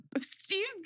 Steve's